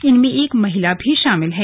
इनमें एक महिला भी शामिल है